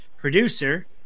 producer